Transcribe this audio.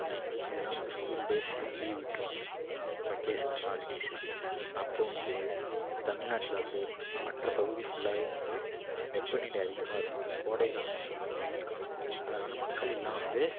மே இதெல்லாம் வந்து school days leave விட்டுருவாங்க வெக்கேஷனல் ஹாலிடேஸு அப்போ வந்து தமிழ்நாட்டில் வந்து மற்ற பகுதி ஃபுல்லாகவே வந்து வெப்பநிலை அதிகமாயிருக்கும் கோடை காலம்னு சொல்லுவாங்க வெயில் காலம் அதனால் மக்கள் எல்லாம் வந்து